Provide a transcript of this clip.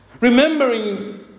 Remembering